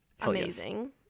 amazing